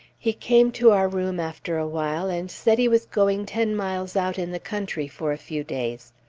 he came to our room after a while and said he was going ten miles out in the country for a few days.